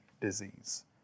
disease